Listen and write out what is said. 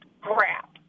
crap